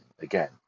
again